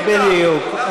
בדיוק.